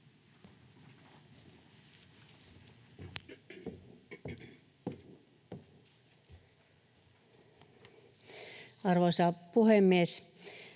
Arvoisa puhemies!